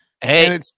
Hey